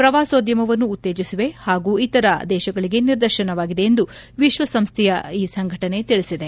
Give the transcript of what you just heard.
ಪ್ರವಾಸೋದ್ಯಮವನ್ನು ಉತ್ತೇಜಿಸಿವೆ ಪಾಗೂ ಇತರ ದೇಶಗಳಿಗೆ ನಿದರ್ಶನವಾಗಿದೆ ಎಂದು ವಿಶ್ವಸಂಸ್ಥೆಯ ಈ ಸಂಘಟನೆ ತಿಳಿಸಿದೆ